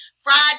Friday